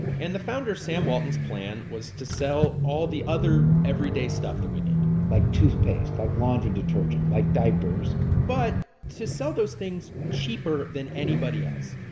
and the founder sam walton's plan was to sell all the other everyday stuff that we need like toothpaste, like laundry detergent, like diapers but to sell those things cheaper than anybody else.